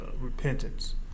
repentance